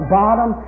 bottom